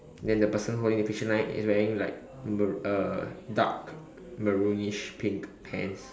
then the person holding the fishing line is wearing like maroon dark maroonish pink pants